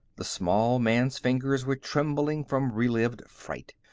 the small man's fingers were trembling from relived fright.